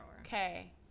Okay